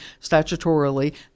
statutorily